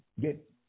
get